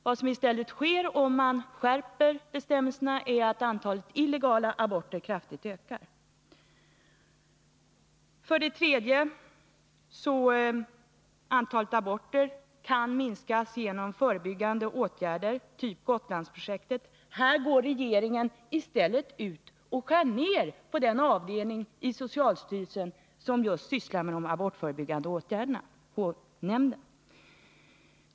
Vad som i stället sker om man skärper bestämmelserna är att antalet illegala aborter kraftigt ökar. För det tredje kan antalet aborter minskas genom förebyggande åtgärder, typ Gotlandsprojektet. Här går regeringen i stället ut och skär ned på just den avdelning i socialstyrelsen som sysslar med de abortförebyggande åtgärderna, H-nämnden.